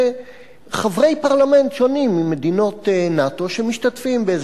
זה חברי פרלמנט שונים ממדינות נאט"ו שמשתתפים באיזו